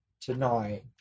tonight